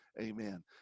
Amen